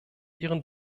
ihren